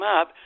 up